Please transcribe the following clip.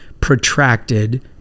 protracted